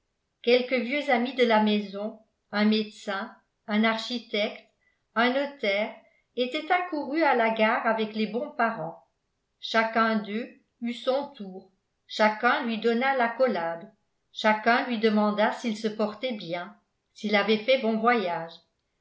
quelques vieux amis de la maison un médecin un architecte un notaire étaient accourus à la gare avec les bons parents chacun d'eux eut son tour chacun lui donna l'accolade chacun lui demanda s'il se portait bien s'il avait fait bon voyage